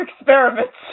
experiments